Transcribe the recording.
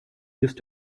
used